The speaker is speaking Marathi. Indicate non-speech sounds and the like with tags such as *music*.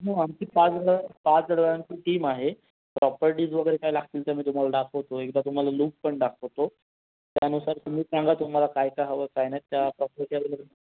हो आमची *unintelligible* पाच जणांची टीम आहे प्रॉपर्टीज वगैरे काय लागतील त्या मी तुम्हाला दाखवतो एकदा तुम्हाला लूक पण दाखवतो त्यानुसार तुम्ही सांगा तुम्हाला काय काय हवं काय नाही त्या *unintelligible*